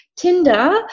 Tinder